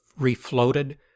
refloated